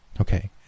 Okay